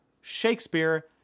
Shakespeare